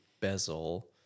bezel